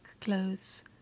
clothes